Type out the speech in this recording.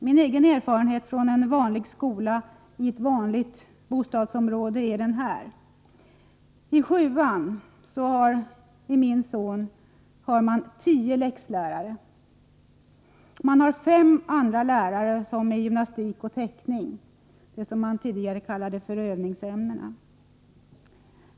Min egen erfarenhet från en vanlig skola i ett vanligt bostadsområde är denna: I sjuan har min sons klass tio läxlärare och fem andra lärare — i gymnastik, teckning m.m., det som tidigare kallades för övningsämnena.